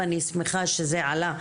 ואני שמחה שזה עלה.